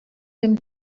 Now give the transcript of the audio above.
him